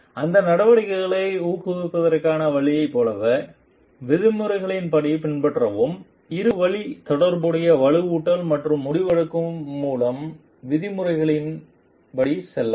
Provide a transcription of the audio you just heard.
அந்த நடத்தைகளை ஊக்குவிப்பதற்கான வழியைப் போலவே விதிமுறைகளின்படி பின்பற்றவும் இரு வழி தகவல்தொடர்பு வலுவூட்டல் மற்றும் முடிவெடுக்கும் மூலம் விதிமுறைகளின்படி செல்லவும்